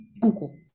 Google